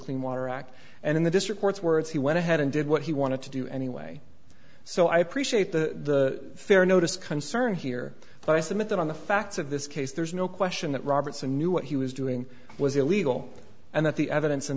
clean water act and in the district courts words he went ahead and did what he wanted to do anyway so i appreciate the fair notice concern here but i submit that on the facts of this case there's no question that robertson knew what he was doing was illegal and that the evidence in